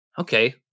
okay